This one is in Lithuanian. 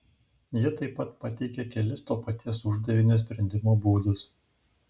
ji taip pat pateikė kelis to paties uždavinio sprendimo būdus